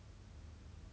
spoilt brat